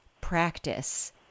practice